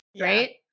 right